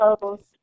closed